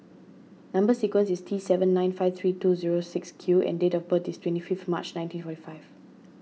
Number Sequence is T seven nine five three two zero six Q and date of birth is twenty fifth March nineteen forty five